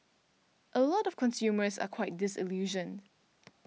a lot of consumers are quite disillusioned